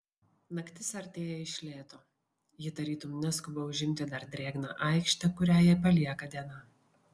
naktis artėja iš lėto ji tarytum neskuba užimti dar drėgną aikštę kurią jai palieka diena